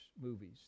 movies